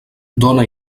dóna